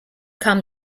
kam